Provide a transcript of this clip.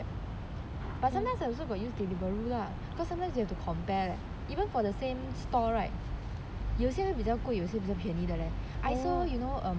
but sometimes I also got use deliveroo lah cause sometimes you have to compare even for the same store right 有些会比较贵有些比较便宜 leh I saw you know um